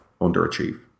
underachieve